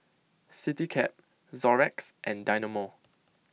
CityCab Xorex and Dynamo